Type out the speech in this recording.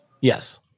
Yes